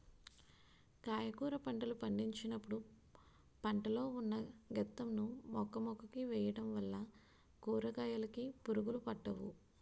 కాయగుర పంటలు పండించినపుడు పెంట లో ఉన్న గెత్తం ను మొక్కమొక్కకి వేయడం వల్ల కూరకాయలుకి పురుగులు పట్టవు